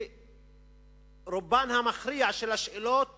ושברובן המכריע של השאלות